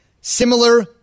similar